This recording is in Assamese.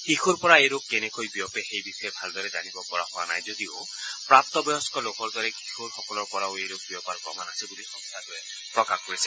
শিশুৰ পৰা এই ৰোগ কেনেকে বিয়পে সেই বিষয়ে ভালদৰে জানিব পৰা হোৱা নাই যদিও প্ৰাপ্তবয়স্ক লোকৰ দৰে কিশোৰসকলৰ পৰাও এই ৰোগ বিয়পাৰ প্ৰমাণ আছে বুলি সংস্থাটোৱে প্ৰকাশ কৰিছে